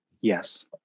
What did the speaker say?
Yes